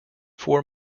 four